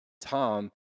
Tom